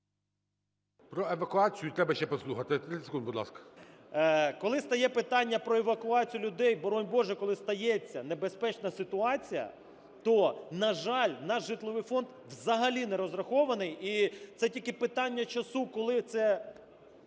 Про евакуацію треба ще послухати. 30 секунд, будь ласка. ГЕРАСИМОВ А.В. Коли стає питання про евакуацію людей, боронь Боже, коли стається небезпечна ситуація, то, на жаль, наш житловий фонд взагалі не розрахований, і це тільки питання часу, коли це,